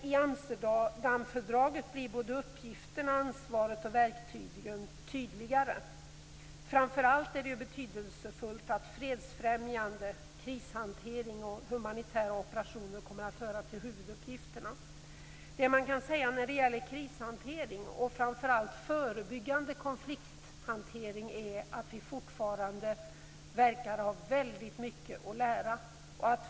I Amsterdamfördraget blir uppgifterna, ansvaret och verktygen tydligare. Framför allt är det betydelsefullt att fredsfrämjande krishantering och humanitära operationer kommer att höra till huvuduppgifterna. När det gäller krishantering och framför allt förebyggande konflikthantering verkar vi fortfarande ha väldigt mycket att lära.